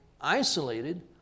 isolated